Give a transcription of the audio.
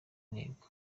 intego